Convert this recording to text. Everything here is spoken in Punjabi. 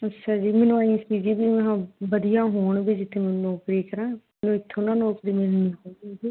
ਅੱਛਾ ਜੀ ਮੈਨੂੰ ਐਂ ਹੀ ਸੀ ਜੀ ਵੀ ਮੈਂ ਹਾਂ ਵਧੀਆ ਹੋਣ ਵੀ ਜਿੱਥੇ ਮੈਂ ਨੌਕਰੀ ਕਰਾਂ ਇੱਥੋਂ ਨਾ ਨੌਕਰੀ ਮਿਲਣੀ ਹੈਗੀ ਜੀ